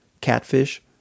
catfish